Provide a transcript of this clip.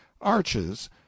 arches